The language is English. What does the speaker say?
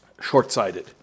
short-sighted